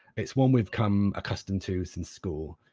it's one we've become accustomed to since school.